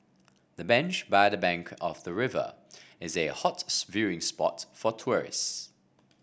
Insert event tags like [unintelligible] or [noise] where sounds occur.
the bench by the bank of the river is a hot [unintelligible] viewing spot for tourist